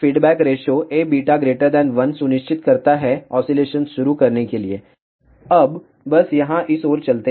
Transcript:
तो यह फीडबैक रेशों Aβ 1 सुनिश्चित करता है ऑसीलेशन शुरू करने के लिए अब बस यहाँ इस ओर चलते हैं